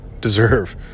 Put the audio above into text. deserve